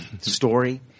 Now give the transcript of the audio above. story